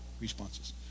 responses